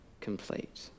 complete